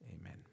Amen